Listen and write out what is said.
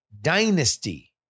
dynasty